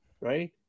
right